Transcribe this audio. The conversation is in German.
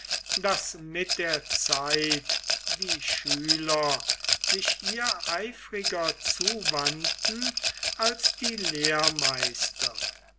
daß mit der zeit die schüler sich ihr eifriger zuwandten als die